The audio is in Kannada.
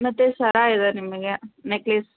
ಮತ್ತು ಸರ ಇದೆ ನಿಮಗೆ ನೆಕ್ಲೆಸ್